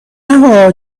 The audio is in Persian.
نهها